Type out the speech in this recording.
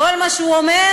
כל מה שהוא אומר,